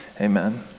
Amen